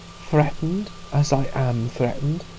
threatened as i am threatened,